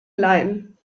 leihen